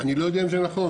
אני לא יודע אם זה נכון.